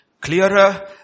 clearer